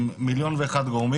עם מיליון ואחד גורמים.